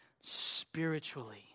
spiritually